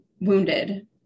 wounded